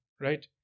Right